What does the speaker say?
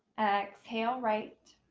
exhale right.